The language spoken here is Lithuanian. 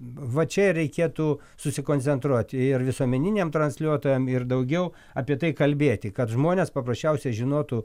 va čia ir reikėtų susikoncentruoti ir visuomeniniam transliuotojam ir daugiau apie tai kalbėti kad žmonės paprasčiausiai žinotų